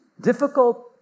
difficult